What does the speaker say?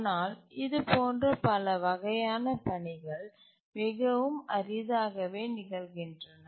ஆனால் இதுபோன்ற பல வகையான பணிகள் மிகவும் அரிதாகவே நிகழ்கின்றன